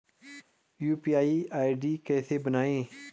UPI ID कैसे बनायें?